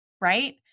right